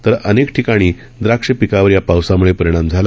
तर अनेक ठिकाणी द्राक्ष पिकांवर या पावसामुळे परिणाम झाला